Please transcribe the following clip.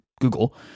Google